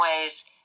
ways